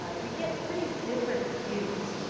ah you get pretty different views